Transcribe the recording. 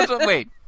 Wait